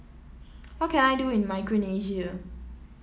what can I do in Micronesia